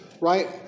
right